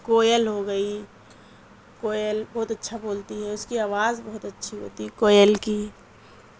کوئل ہو گئی کوئل بہت اچھا بولتی ہے اس کی آواز بہت اچھی ہوتی ہے کوئل کی